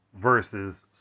versus